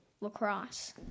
lacrosse